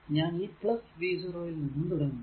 ഞാൻ ഈ v0 യിൽ നിന്നും തുടങ്ങുന്നു